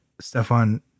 Stefan